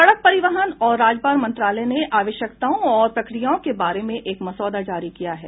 सड़क परिवहन और राजमार्ग मंत्रालय ने आवश्यकताओं और प्रक्रियाओं के बारे में एक मसौदा जारी किया है